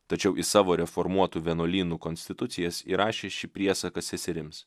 tačiau į savo reformuotų vienuolynų konstitucijas įrašė šį priesaką seserims